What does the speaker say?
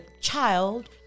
child